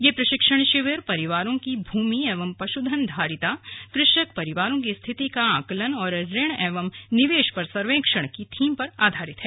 यह प्रशिक्षण शिविर परिवारों की भूमि एवं पशुधन धारिता कृषक परिवारों की स्थिति का आंकलन और ऋण एवं निवेश पर सर्वेक्षण की थीम पर आधारित है